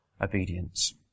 obedience